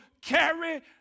carry